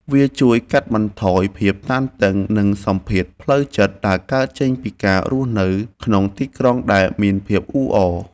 វាជួយកាត់បន្ថយភាពតានតឹង និងសម្ពាធផ្លូវចិត្តដែលកើតចេញពីការរស់នៅក្នុងទីក្រុងដែលមានភាពអ៊ូអរ។